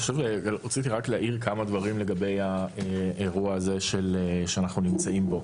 רציתי רק להעיר כמה דברים לגבי האירוע הזה שאנחנו נמצאים בו.